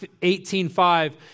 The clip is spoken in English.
18.5